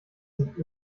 sind